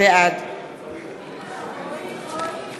בעד